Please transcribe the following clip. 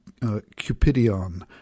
cupidion